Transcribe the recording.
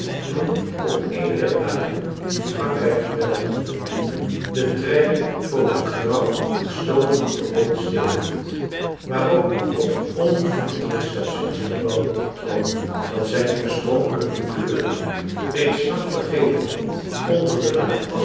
toen op een der banen die frankrijk en belgië verbinden de trein voor een grauw bestoven perron stilhield waarop een log onvriendelijk stationsgebouw troonde dat zijn oorspronkelijke kleur reeds lang vergeten had onder de laag